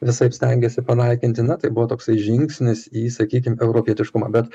visaip stengiasi panaikinti na tai buvo toksai žingsnis į sakykim europietiškumą bet